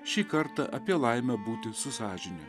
šį kartą apie laimę būti su sąžine